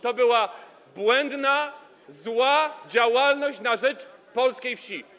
To była błędna, zła działalność na rzecz polskiej wsi.